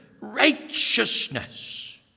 Righteousness